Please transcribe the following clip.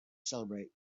celebrate